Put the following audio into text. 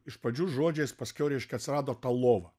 iš pradžių žodžiais paskiau reiškia atsirado ir ta lova